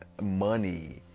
Money